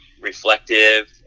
reflective